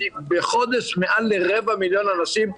בחודש מעל לרבע מיליון אנשים.